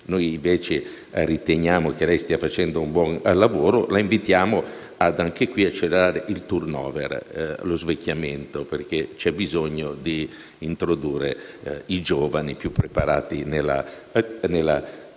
noi riteniamo che lei stia facendo un buon lavoro. La invitiamo ad accelerare il *turnover*, lo svecchiamento, perché c'è bisogno di introdurre giovani più preparati nella scuola,